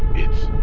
it's.